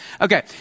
Okay